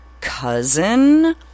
cousin